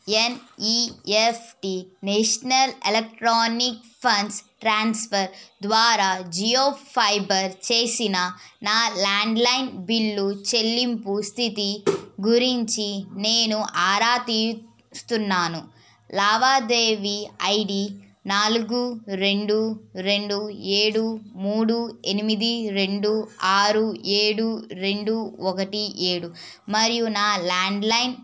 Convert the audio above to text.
ఎన్ E F T national electronic funds transfer ద్వారా Jio fibre చేసిన నా ల్యాండ్లైన్ బిల్లు చెల్లింపు స్థితి గురించి నేను ఆరా తీస్తున్నాను లావాదేవీ ఐ డి నాలుగు రెండు రెండు ఏడు మూడు ఎనిమిది రెండు ఆరు ఏడు రెండు ఒకటి ఏడు మరియు నా ల్యాండ్లైన్